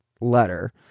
letter